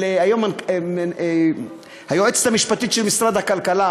היום היועצת המשפטית של משרד הכלכלה,